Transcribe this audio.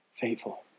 faithful